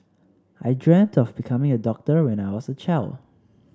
I dreamt of becoming a doctor when I was a child